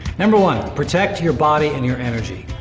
number one. protect your body and your energy.